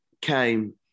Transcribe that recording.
came